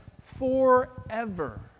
forever